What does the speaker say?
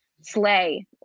slay